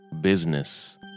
business